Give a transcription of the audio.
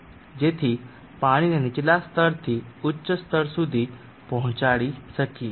જેથી પાણીને નીચલા સ્તરથી ઉચ્ચ સ્તર સુધી પહોંચાડી શકીએ